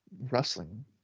wrestling